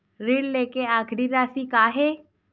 ऋण लेके आखिरी राशि का हे?